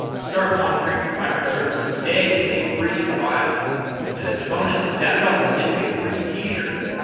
start monitoring your microservices today with a free trial, and as a bonus, datadog will send you a free t-shirt.